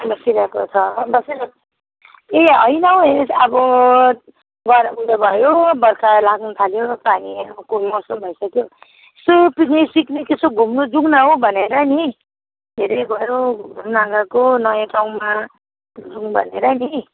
बसिरहेको छ बसिरहेको ए होइन हौ हैट् अब गरमले भयो बर्खा लाग्नु थाल्यो पानीको मौसम भइसक्यो यसो पिकनिक सिक्निक यसो घुम्नु जाऊँ न हौ भनेर नि के धेरै गयो घुम्नु नगएको नयाँ ठाउँमा जाऊँ भनेर पनि